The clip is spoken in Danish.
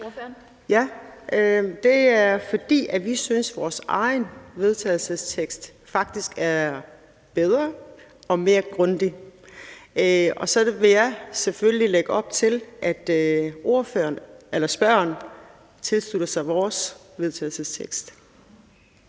Det er, fordi vi synes, at vores eget forslag til vedtagelse faktisk er bedre og mere grundigt. Og så vil jeg selvfølgelig lægge op til, at spørgeren tilslutter sig vores forslag til